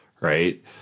right